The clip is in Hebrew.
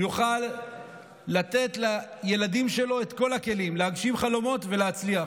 יוכל לתת לילדים שלו את כל הכלים להגשים חלומות ולהצליח.